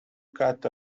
cut